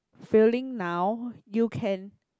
feeling now you can